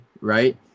right